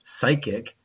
psychic